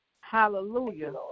Hallelujah